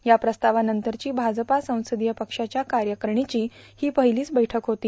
या प्रस्तावाबंतरची भाजपा संसदीय पक्षाच्या कार्यकारणीची ही पहिलीच बैठक होती